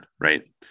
right